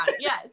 yes